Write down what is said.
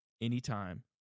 anytime